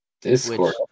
Discord